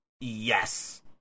Yes